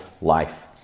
life